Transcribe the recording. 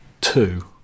two